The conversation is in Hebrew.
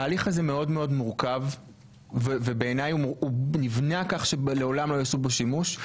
ההליך הזה מאוד מאוד מורכב ובעיני הוא נבנה כך שלעולם לא יעשו בו שימוש,